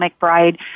McBride